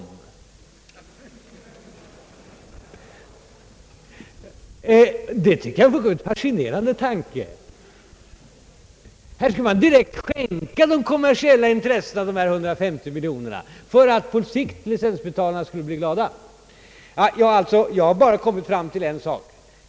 Jag tycker det är en fullkomligt fascinerande tanke, Här skall man alltså direkt skänka de kommersiella intressena 150 miljoner kronor för att licensbetalarna på sikt skall bli glada. Jag tror att vi har kommit fram till någonting.